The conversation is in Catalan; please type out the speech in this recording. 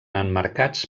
emmarcats